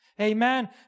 amen